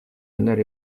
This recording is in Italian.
andar